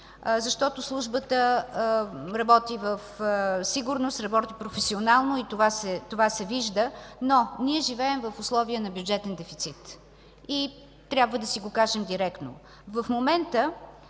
защото службата работи в сигурност, работи професионално и това се вижда, но ние живеем в условия на бюджетен дефицит и трябва да си го кажем директно. В момента